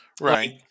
Right